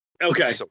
Okay